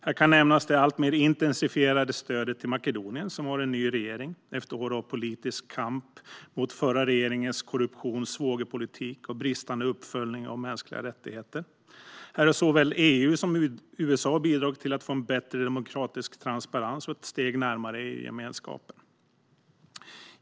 Här kan nämnas det alltmer intensifierade stödet till Makedonien, som har en ny regering efter år av politisk kamp mot förra regeringens korruption, svågerpolitik och bristande uppföljning av mänskliga rättigheter. Här har såväl EU som USA bidragit till en bättre demokratisk transparens och ett steg närmare EU-gemenskapen.